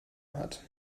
hat